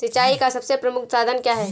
सिंचाई का सबसे प्रमुख साधन क्या है?